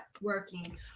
working